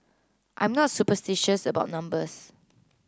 I'm not superstitious about numbers